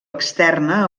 externa